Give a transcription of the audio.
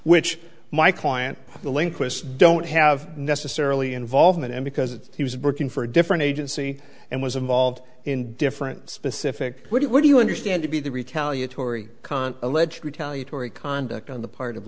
which my client the link was don't have necessarily involvement in because he was working for a different agency and was involved in different specific what do you understand to be the retaliatory alleged retaliatory conduct on the part of